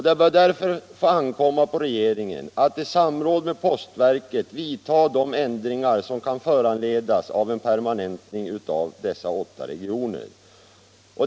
Det bör därför få ankomma på regeringen att i samråd med — Nr 133 postverket vidtaga de ändringar som kan föranledas av en permanentmng Torsdagen den av dessa åtta regioner.